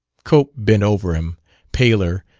cope bent over him paler,